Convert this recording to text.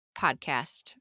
podcast